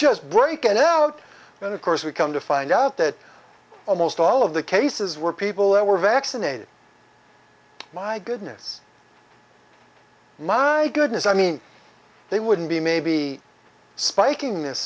just break and out and of course we come to find out that almost all of the cases were people that were vaccinated my goodness my goodness i mean they wouldn't be maybe spiking this